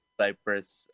Cyprus